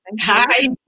hi